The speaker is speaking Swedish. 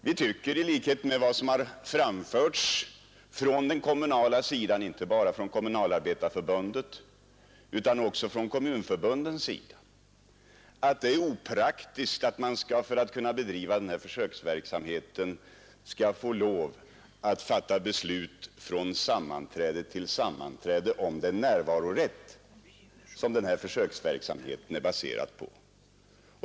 Vi tycker i likhet med vad som framförts från den kommunala sidan — inte bara från Kommunalarbetareförbundet utan också från kommunförbunden — att det är opraktiskt att man skall för att kunna bedriva den här försöksverksamheten få lov att fatta beslut från sammanträde till sammanträde om den närvarorätt som verksamheten är baserad på.